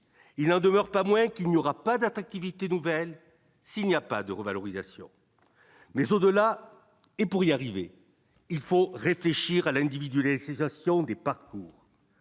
il n'en demeure pas moins qu'il n'y aura pas d'attractivité nouvelles s'il n'y a pas de revalorisation mais au-delà et pour y arriver, il faut réfléchir à l'individu les des parcours